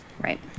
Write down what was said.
Right